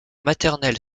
maternelle